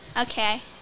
Okay